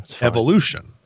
evolution